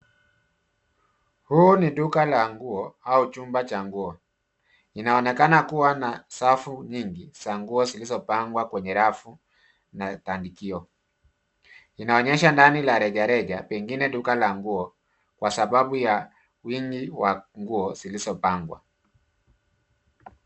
Huu ni duka la nguo au chumba cha nguo. Inaonekana kua na safu nyingi za nguo zilizopangwa kwenye rafu na tandikio. Inaonyesha ndani la rejareja pengine duka la nguo kwa sababu ya wingi wa nguo zilizopangwa.